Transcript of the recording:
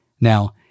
Now